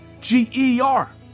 G-E-R